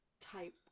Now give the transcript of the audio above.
type